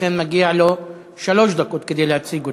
לכן מגיעות לו שלוש דקות כדי להציג אותה.